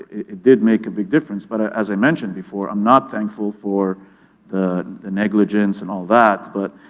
it did make a big difference. but as i mentioned before, i'm not thankful for the the negligence and all that. but